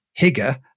Higa